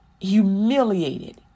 Humiliated